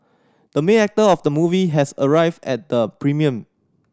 the main actor of the movie has arrived at the premium